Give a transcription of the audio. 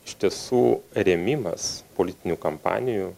iš tiesų rėmimas politinių kampanijų